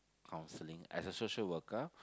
counselling as a social worker